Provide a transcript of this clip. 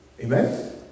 Amen